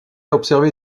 observé